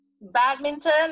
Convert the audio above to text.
badminton